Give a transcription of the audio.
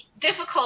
difficult